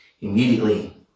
Immediately